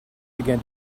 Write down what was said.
began